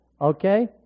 Okay